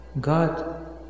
God